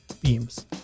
beams